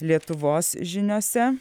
lietuvos žiniose